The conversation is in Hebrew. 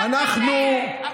אנחנו,